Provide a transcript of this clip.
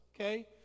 Okay